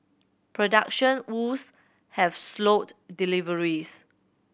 production woes have slowed deliveries